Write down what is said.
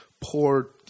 poor